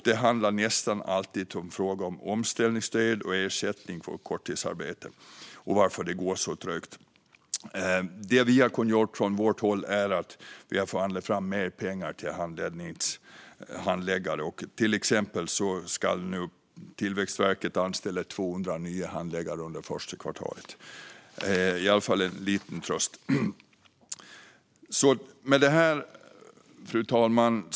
Det handlar då nästan alltid om frågor om omställningsstöd och ersättningar för korttidsarbete och varför det går så trögt. Det som vi från vårt håll har kunnat göra är att vi har förhandlat fram mer pengar till handläggare. Till exempel ska nu Tillväxtverket anställa 200 nya handläggare under första kvartalet. Det är i alla fall en liten tröst. Fru talman!